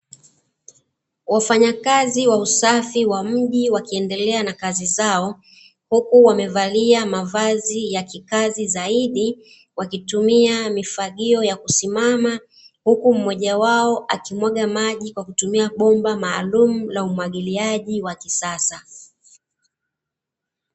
Wafanyakazi wa usafi wa mji wakiendelea na kazi zao, huku wamevalia mavazi ya kikazi zaidi wakitumia mifagio ya kusimama, huku mmoja wao akimwaga maji kwa kutumia bomba maalumu la umwagiliaji wa kisasa.